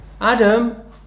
Adam